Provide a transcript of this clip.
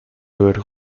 deber